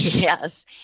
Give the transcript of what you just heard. Yes